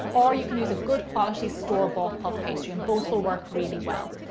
or you can use a good quality store-bought puff pastry and both will work really well.